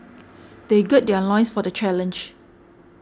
they gird their loins for the challenge